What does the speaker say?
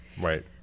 Right